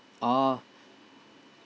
oh